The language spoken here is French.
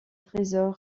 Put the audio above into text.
trésor